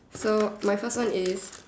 so my first one is